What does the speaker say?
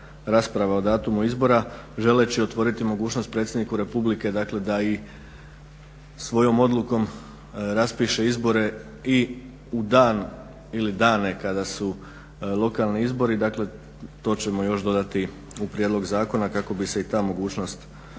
rasprava o datumu izbora želeći otvoriti mogućnost predsjedniku Republike, dakle da i svojom odlukom raspiše izbore i u dan ili dane kada su lokalni izbori. Dakle, to ćemo još dodati u prijedlog zakona kako bi se i ta mogućnost ostavila.